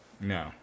No